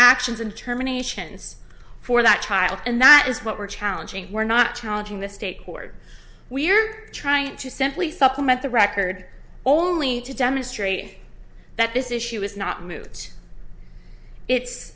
actions and terminations for that child and that is what we're challenging we're not challenging the state court we're trying to simply supplement the record only to demonstrate that this issue is not moot it's